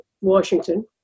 Washington